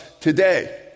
today